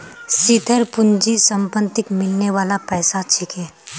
स्थिर पूंजी संपत्तिक मिलने बाला पैसा छिके